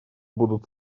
будут